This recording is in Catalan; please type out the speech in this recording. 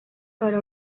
farà